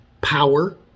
power